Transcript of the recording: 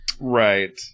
Right